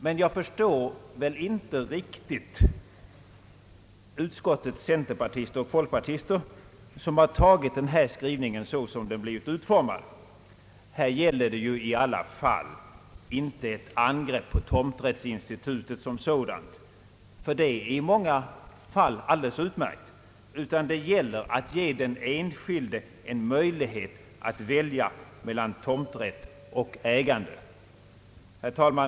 Däremot förstår jag inte riktigt utskottets centerpartister och folkpartister, som har tagit skrivningen såsom den blivit utformad. Här gäller det i alla fall inte ett angrepp på tomträttsinstitutet som sådant, ty det är i många fall alldeles utmärkt, utan det är fråga om att ge den enskilde en möjlighet att välja mellan tomträtt och ägande. Herr talman!